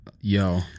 Yo